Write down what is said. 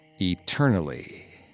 Eternally